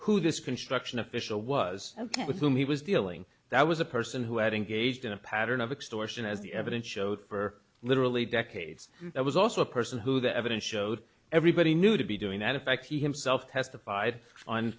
who this construction official was ok with whom he was dealing that was a person who had engaged in a pattern of extortion as the evidence showed for literally decades it was also a person who the evidence showed everybody knew to be doing that in fact he himself testified on